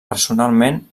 personalment